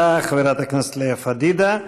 תודה, חברת הכנסת לאה פדידה.